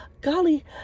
golly